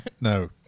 No